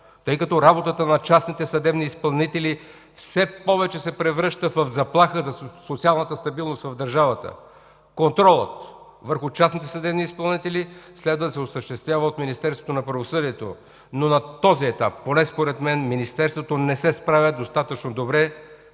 тъй като работата на частните съдебни изпълнители все повече се превръща в заплаха за социалната стабилност в държавата. Контролът върху частните съдебни изпълнители следва да се осъществява от Министерството на правосъдието. Но на този етап, поне според мен, Министерството не се справя добре,